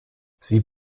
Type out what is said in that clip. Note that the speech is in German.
sie